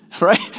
right